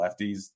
lefties